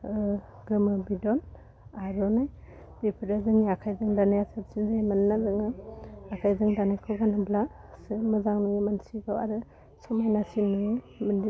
गोमो बिदन आर'नाइ बेफोरो जोंनि आखाइजों दानाया साबसिन जायो मानोना जोंङो आखाइजों दानायफोरखौ गोनोब्ला सो मोजां नुयो मोनसिखो आरो समायनासिन नुयो